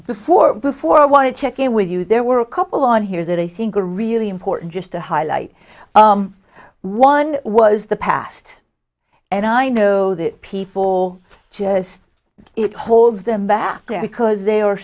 sewer before i want to check in with you there were a couple on here that i think are really important just to highlight one was the past and i know that people just it holds them back because they are